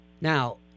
Now